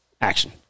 action